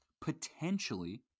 potentially